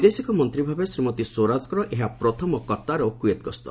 ବୈଦେଶିକମନ୍ତ୍ରୀ ଭାବେ ଶ୍ରୀମତୀ ସ୍ୱରାଜଙ୍କର ଏହା ପ୍ରଥମ କତ୍ତାର ଓ କୁଏତ୍ ଗସ୍ତ